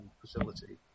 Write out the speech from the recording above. facility